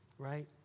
Right